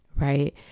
right